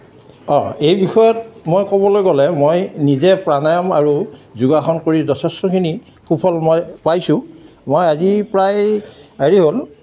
অঁ এই বিষয়ত মই ক'বলৈ গ'লে মই নিজে প্ৰাণায়াম আৰু যোগাসন কৰি যথেষ্টখিনি সুফল মই পাইছোঁ মই আজি প্ৰায় হেৰি হ'ল